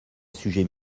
sujet